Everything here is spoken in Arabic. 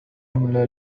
جملة